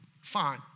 Fine